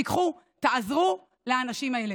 תיקחו, תעזרו לאנשים האלה.